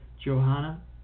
Johanna